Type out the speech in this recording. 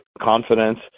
confidence